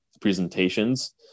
presentations